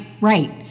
right